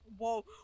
Whoa